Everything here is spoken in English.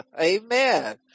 amen